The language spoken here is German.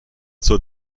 zur